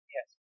Yes